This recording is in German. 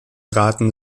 raten